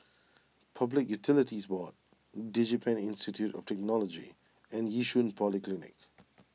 Public Utilities Board DigiPen Institute of Technology and Yishun Polyclinic